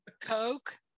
Coke